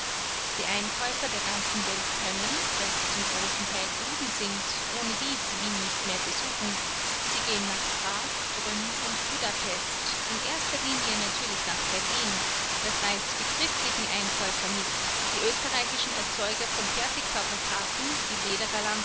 die einkäufer der ganzen welt können weil sie zum großen teil juden sind ohnedies wien nicht mehr besuchen sie gehen nach prag brünn und budapest in erster linie natürlich nach berlin das reißt die christlichen einkäufer mit die österreichischen erzeuger von fertigfabrikaten wie